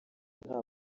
nta